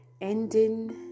ending